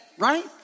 right